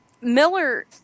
Miller